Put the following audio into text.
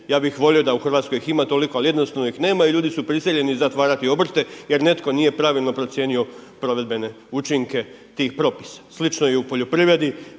ja bih volio da ih u Hrvatskoj ima toliko, ali jednostavno ih nema i ljudi su prisiljeni zatvarati obrte jer netko nije pravilno procijenio provedbene učinke tih propisa. Slično je i u poljoprivredi,